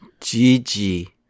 Gigi